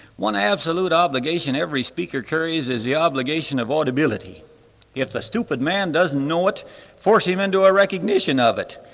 one absolute obligation every speaker carries is the obligation of audibility if the stupid man doesn't know it force him into a recognition of it.